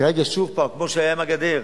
כרגע, שוב, כמו שהיה עם הגדר,